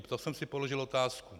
To jsem si položil otázku.